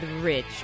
Rich